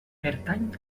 pertany